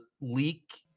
leak